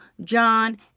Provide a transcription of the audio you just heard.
John